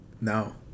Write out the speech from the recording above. No